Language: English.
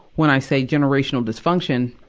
when i say generational dysfunction,